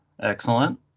excellent